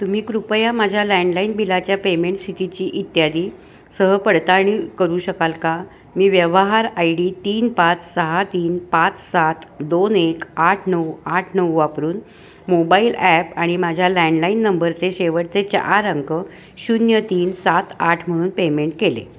तुम्ही कृपया माझ्या लँडलाईन बिलाच्या पेमेंट स्थितीची इत्यादी सह पडताळणी करू शकाल का मी व्यवहार आय डी तीन पाच सहा तीन पाच सात दोन एक आठ नऊ आठ नऊ वापरून मोबाईल ॲप आणि माझ्या लँडलाईन नंबरचे शेवटचे चार अंक शून्य तीन सात आठ म्हणून पेमेंट केले